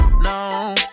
no